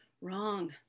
Wrong